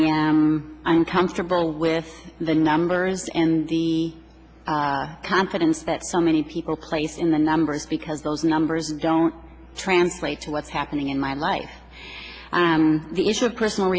i'm comfortable with the numbers and the confidence that so many people place in the numbers because those numbers don't translate to what's happening in my life and the issue of personal